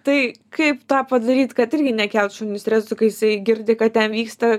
tai kaip tą padaryt kad irgi nekelt šuniui streso kai jisai girdi kad ten vyksta